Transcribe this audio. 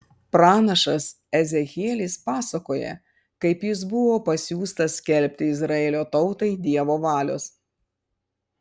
pranašas ezechielis pasakoja kaip jis buvo pasiųstas skelbti izraelio tautai dievo valios